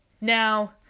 Now